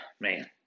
man